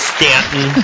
Stanton